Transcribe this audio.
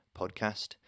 podcast